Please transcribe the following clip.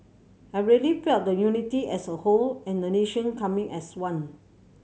I really felt the unity as a whole and the nation coming as one